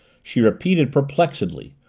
she repeated perplexedly,